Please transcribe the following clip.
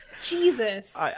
jesus